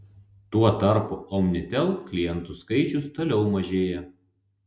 tuo tarpu omnitel klientų skaičius toliau mažėja